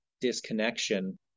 disconnection